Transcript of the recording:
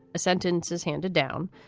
a sentence is handed down,